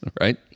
right